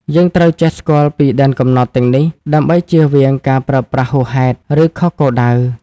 យើងត្រូវចេះស្គាល់ពីដែនកំណត់ទាំងនេះ ដើម្បីជៀសវាងការប្រើប្រាស់ហួសហេតុ ឬខុសគោលដៅ។